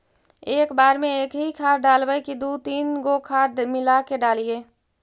एक बार मे एकही खाद डालबय की दू तीन गो खाद मिला के डालीय?